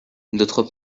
d’autre